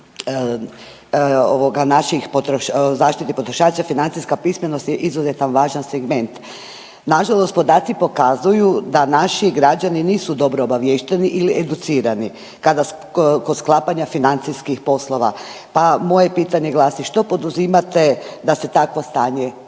zaštiti potrošača, financijska pismenost je izuzetno važan segment. Nažalost podaci pokazuju da naši građani nisu dobro obaviješteni ili educirani kod sklapanja financijskih poslova, pa moje pitanje glasi, što poduzimate da se takvo stanje popravi?